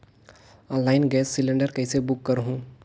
Online gas cylinder कइसे book करहु?